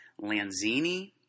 Lanzini